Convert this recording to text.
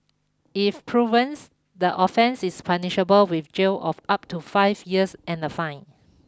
if proven the offence is punishable with jail of up to five years and a fine